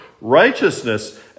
Righteousness